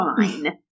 fine